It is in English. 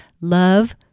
Love